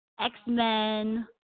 X-Men